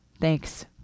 Thanks